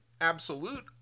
absolute